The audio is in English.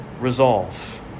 resolve